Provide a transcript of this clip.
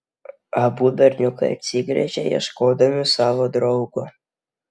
abu berniukai atsigręžė ieškodami savo draugo